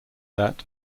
that